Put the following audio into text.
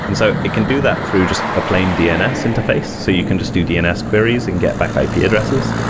and so it can do that through just a plane dns interface. so you can just do dns queries and get back ah ip yeah addresses.